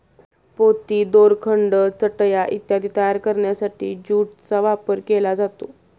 पोती, दोरखंड, चटया इत्यादी तयार करण्यासाठी ज्यूटचा वापर केला जातो